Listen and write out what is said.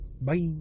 Bye